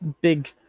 big